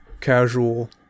casual